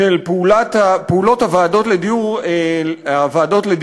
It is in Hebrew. של פעולות הוועדות לדיור לאומי,